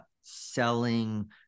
selling